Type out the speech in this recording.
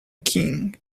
king